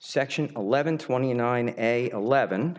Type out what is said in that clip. section eleven twenty nine a eleven